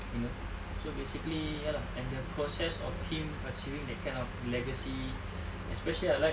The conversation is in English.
you know so basically ya lah and the process of him achieving that kind of legacy especially I like